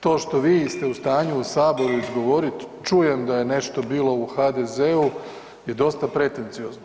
To što vi ste u stanju u Saboru izgovorit čujem da je nešto bilo u HDZ-u je dosta pretenciozno.